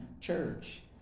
church